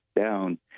down